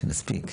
שנספיק.